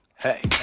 hey